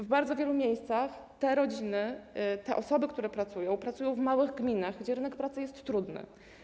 W bardzo wielu miejscach te rodziny, te osoby, które pracują, pracują w małych gminach, w których rynek pracy jest trudny.